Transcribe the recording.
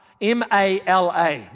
M-A-L-A